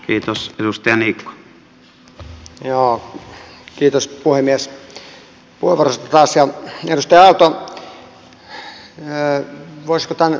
kiitos puhemies puheenvuorosta taas